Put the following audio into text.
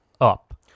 up